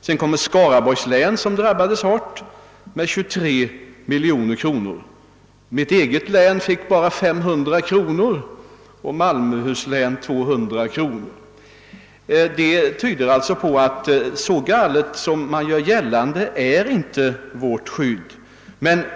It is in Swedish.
Sedan kommer Skaraborgs län, som drabbades hårt, med 23 miljoner kronor. Mitt eget län fick bara 500 kr. och Malmöhus län 200 kr. Det tyder på att så galet som man gör gällande är inte vårt skördeskadeskydd.